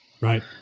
Right